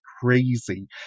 crazy